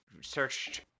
searched